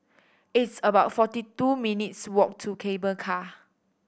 it's about forty two minutes' walk to Cable Car